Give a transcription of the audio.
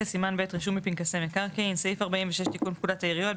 תיקון פקודת העיריות46.